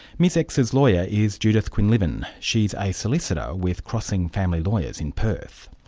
ms x's lawyer is judith quinlivan she's a solicitor with crossing family lawyers in perth.